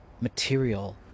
material